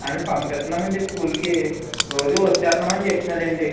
అదే పంపిస్తున్నామండీ స్కూల్కి రోజూ వచేస్తున్నాడని చెప్తున్నాడండి